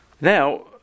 Now